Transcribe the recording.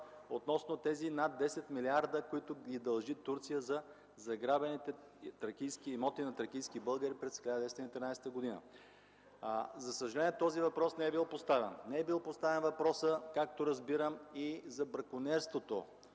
относно тези над 10 милиарда, които Турция дължи за заграбените имоти на тракийски българи през 1913 г. За съжаление, този въпрос не е бил поставен. Не е бил поставен и въпросът, както разбирам, за бракониерството,